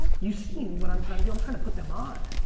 you've seen what i'm trying to do. i'm trying to put them on.